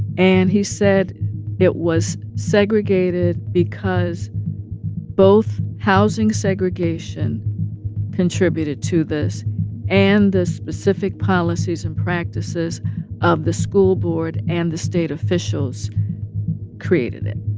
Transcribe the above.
and he said it was segregated because both housing segregation contributed to this and the specific policies and practices of the school board and the state officials created it.